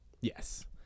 Yes